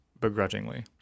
begrudgingly